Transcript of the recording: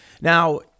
Now